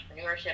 entrepreneurship